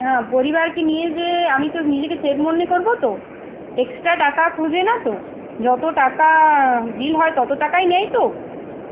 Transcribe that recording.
হ্যাঁ পরিবারকে নিয়ে যে আমি তো নিজেকে সেফ মনে করবো তো এক্সট্রা টাকা খোঁজে না তো যত টাকা বিল হয় তত টাকাই নেই তো